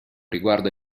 riguardo